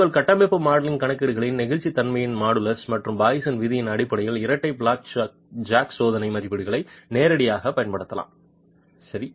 உங்கள் கட்டமைப்பு மாடலிங் கணக்கீடுகளில் நெகிழ்ச்சித்தன்மையின் மாடுலஸ் மற்றும் பாய்சனின் விகிதத்தின் அடிப்படையில் இரட்டை பிளாட் ஜாக் சோதனை மதிப்புகளை நேரடியாகப் பயன்படுத்தலாம் சரி